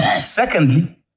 Secondly